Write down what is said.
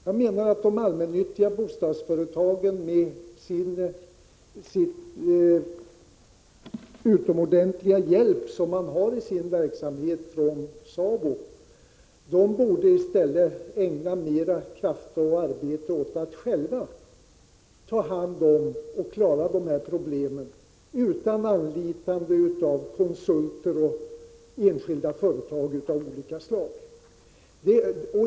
Jag menar att de allmännyttiga bostadsföretagen, med den utomordentliga hjälp som de i sin verksamhet får från SABO, i stället borde ägna mera kraft och arbete åt att själva ta hand om och klara de här problemen, utan anlitande av konsulter och enskilda företag av olika slag.